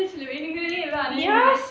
but later வேணும்னே:venumnae